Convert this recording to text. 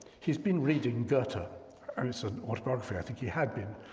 he's been reading goethe, but and it's an autobiography, i think he had been,